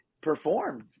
performed